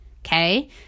okay